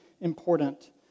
important